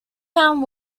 found